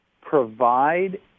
provide